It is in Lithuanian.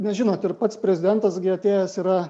na žinot ir pats prezidentas gi atėjęs yra